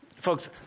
Folks